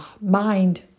mind